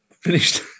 finished